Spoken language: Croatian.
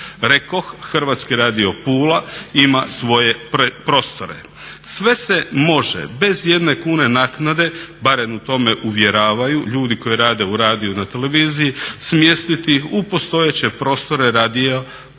Rekoh, HR Pula ima svoje prostore. Sve se može, bez ijedne kune naknade, barem u to me uvjeravaju ljudi koji rade na radiju, na televiziji, smjestiti u postojeće prostore radija Pule.